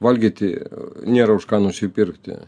valgyti nėra už ką nusipirkti